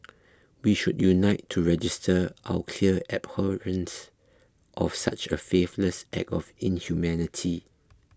we should unite to register our clear abhorrence of such a faithless act of inhumanity